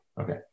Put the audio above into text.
Okay